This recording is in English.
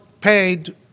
paid